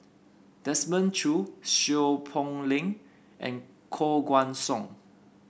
Desmond Choo Seow Poh Leng and Koh Guan Song